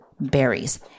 berries